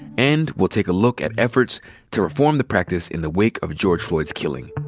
and we'll take a look at efforts to reform the practice in the wake of george floyd's killing.